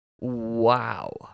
Wow